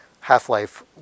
Half-Life